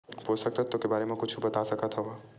पोषक तत्व के बारे मा कुछु बता सकत हवय?